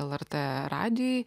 lrt radijuj